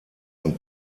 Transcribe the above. und